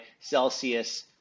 Celsius